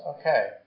okay